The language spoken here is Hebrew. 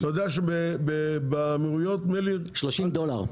אתה יודע שבאמירויות הוא מרוויח 500 דולר.